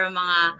mga